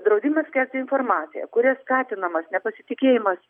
draudimas skelbti informaciją kuria skatinamas nepasitikėjimas